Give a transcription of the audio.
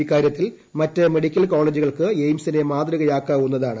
ഇക്കാരൃത്തിൽ മറ്റ് മെഡിക്കൽ കോളേജുകൾക്ക് എയിർസ്സിനെ മാതൃകയാക്കാവുന്നതാണ്